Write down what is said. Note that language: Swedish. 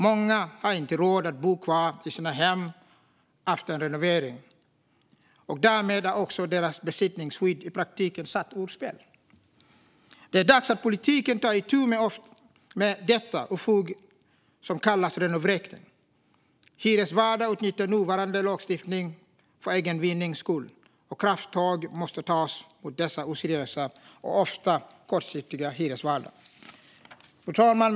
Många har inte råd att bo kvar i sina hem efter en renovering, och därmed är också deras besittningsskydd i praktiken satt ur spel. Det är dags att politiken tar itu med detta ofog som kallas renovräkningar. Hyresvärdar utnyttjar nuvarande lagstiftning för egen vinnings skull, och krafttag måste tas mot dessa oseriösa och ofta kortsiktiga hyresvärdar. Fru talman!